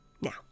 Now